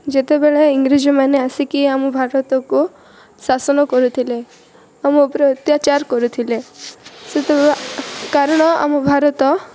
ଯେତେବେଳେ ଇଂରେଜମାନେ ଆସିକି ଆମ ଭାରତକୁ ଶାସନ କରୁଥିଲେ ଆମ ଉପରେ ଅତ୍ୟାଚାର କରୁଥିଲେ ସେତେବେଳେ କାରଣ ଆମ ଭାରତ